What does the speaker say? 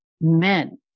men